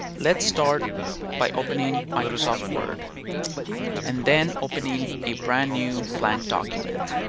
let's start by opening microsoft word and then opening a brand new blank document.